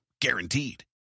Guaranteed